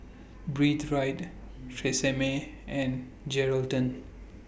Breathe Right Tresemme and Geraldton